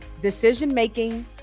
decision-making